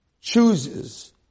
chooses